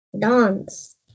dance